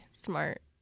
Smart